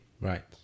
Right